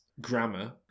grammar